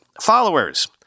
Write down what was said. followers